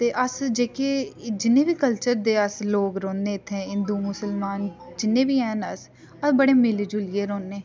ते अस जेह्के जिन्ने बी कल्चर दे अस लोक रौह्ने इत्थें हिंदू मुस्लमान जिन्ने बी हैन अस अस बड़े मिली जुलियै रौह्ने